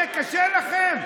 זה קשה לכם?